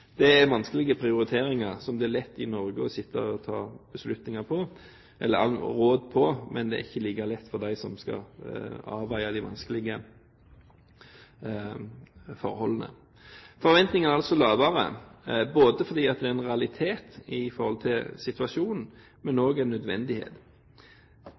Det er vanskelige prioriteringer som det er lett for Norge å gi råd om, men det er ikke like lett for dem som skal avveie de vanskelige forholdene. Forventningene er altså lavere, både fordi det er en realitet i situasjonen, men